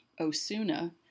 Osuna